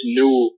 new